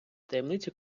таємниці